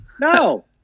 No